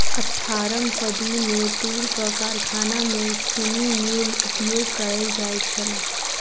अट्ठारम सदी मे तूरक कारखाना मे स्पिन्निंग म्यूल उपयोग कयल जाइत छल